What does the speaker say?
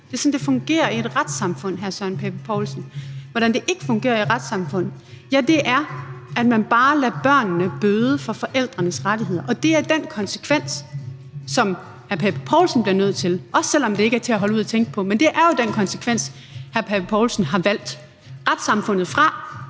Det er sådan, det fungerer i et retssamfund, hr. Søren Pape Poulsen. Hvordan det ikke fungerer i et retssamfund, er, at man bare lader børnene bøde for forældrenes handlinger, og det er den konsekvens, som hr. Søren Pape Poulsen bliver nødt til at erkende – også selv om det ikke er til at holde ud at tænke på. Men det er jo den konsekvens, hr. Søren Pape Poulsen har valgt – retssamfundet fra,